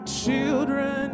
children